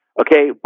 okay